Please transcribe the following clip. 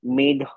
made